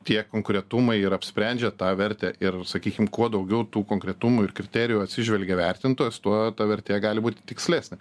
tie konkretumai ir apsprendžia tą vertę ir sakykim kuo daugiau tų konkretumų ir kriterijų atsižvelgia vertintojas tuo ta vertė gali būti tikslesnė